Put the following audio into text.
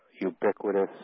ubiquitous